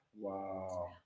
Wow